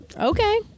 Okay